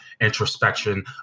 introspection